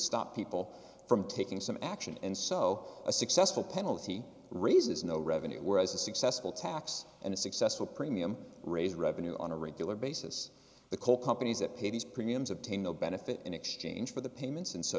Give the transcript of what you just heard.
stop people from taking some action and so a successful penalty raises no revenue whereas a successful tax and a successful premium raise revenue on a regular basis the coal companies that pay these premiums obtain the benefit in exchange for the payments and so